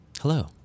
Hello